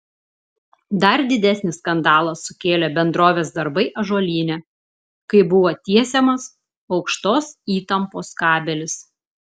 dar didesnį skandalą sukėlė bendrovės darbai ąžuolyne kai buvo tiesiamas aukštos įtampos kabelis